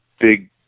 big